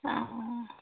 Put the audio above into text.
অ